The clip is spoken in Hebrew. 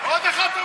נוסף על זה,